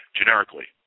generically